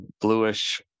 bluish